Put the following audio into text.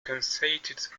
conceited